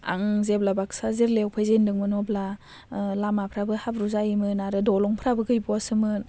आं जेब्ला बाक्सा जिल्लायाव फैजेनदोंमोन अब्ला लामाफ्राबो हाब्रु जायोमोन आरो दालांफ्राबो गैबावासोमोन